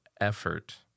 effort